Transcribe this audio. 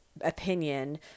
opinion